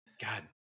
God